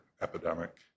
epidemic